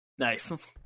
Nice